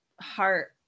heart